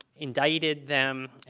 indicted them,